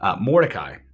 Mordecai